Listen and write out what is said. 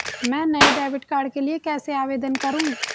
मैं नए debit card के लिए कैसे आवेदन करूं?